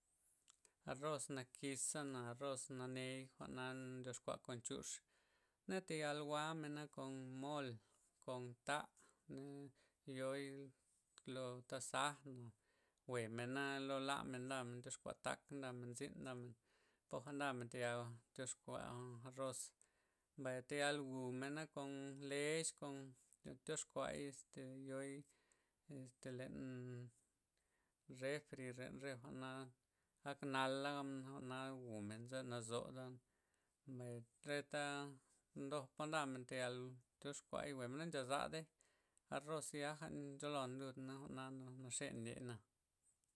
Arroz nakiza na, arroz nanei' jwa'na ndyox kua kon chux' na tal jwa'mena kon mol kon ta, na yooi loo tasaj na we' mena lo laa men ndamen tyox kua tak ndamen zyn ndamen poja' ndamen tayal tyox kua arroz mbay tayal wu'mena kon lex kon tyox kuay este yoii este len refri len re jwa'na ak nala' za jwa'na wumen za nazu mbay reta poja ndamen tayal tyox kuay wuemen na nchazadey arroz yaja' ncho lon lud jwa'na naxe ndey.